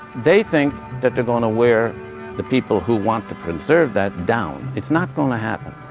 they think that they're going to wear the people who want to preserve that down. it's not going to happen.